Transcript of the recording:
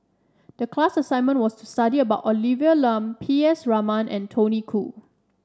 the class assignment was to study about Olivia Lum P S Raman and Tony Khoo